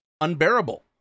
unbearable